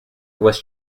was